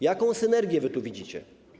Jaką synergię wy tu widzicie?